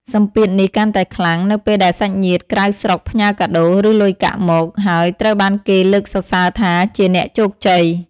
សម្ពាធនេះកាន់តែខ្លាំង នៅពេលដែលសាច់ញាតិក្រៅស្រុកផ្ញើកាដូ ឬលុយកាក់មក ហើយត្រូវបានគេលើកសរសើរថាជា "អ្នកជោគជ័យ"។